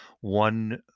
one